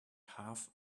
half